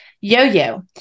yo-yo